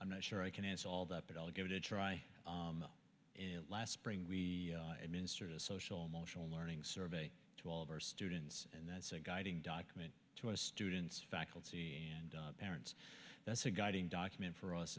i'm not sure i can answer all that but i'll give it a try last spring we administered a social emotional learning survey to all of our students and that's a guiding document to our students faculty and parents that's a guiding document for us